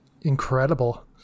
incredible